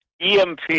EMP